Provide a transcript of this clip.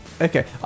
Okay